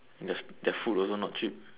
theirs their food also not cheap